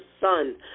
son